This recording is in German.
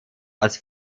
als